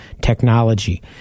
technology